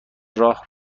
راه